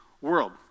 world